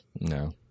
No